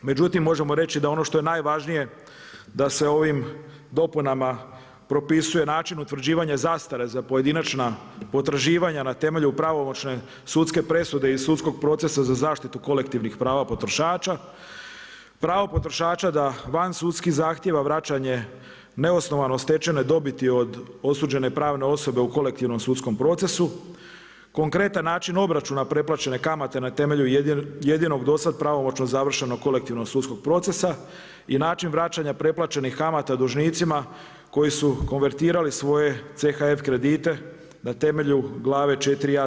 Međutim, možemo reći da ono što je najvažnije da se ovim dopunama propisuje način utvrđivanja zastare za pojedinačna potraživanja na temelju pravomoćne sudske presude i sudskog procesa za zaštitu kolektivnih prava potrošača, pravo potrošača da van sudskih zahtjeva vraćanje neosnovano stečene dobiti od osuđene pravne osobe u kolektivnom sudskom procesu, konkretan način obračuna preplaćene kamate na temelju jedinog do sad pravomoćno završenog kolektivnog sudskog procesa i način vraćanja preplaćenih kamata dužnicima koji su konvertirali svoje CHF kredite na temelju glave IVa.